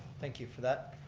thank you for that.